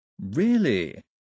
Really